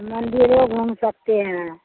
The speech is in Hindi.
मन्दिरो घूम सकते हैं